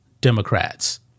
Democrats